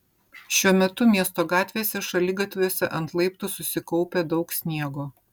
šiuo metu miesto gatvėse šaligatviuose ant laiptų susikaupę daug sniego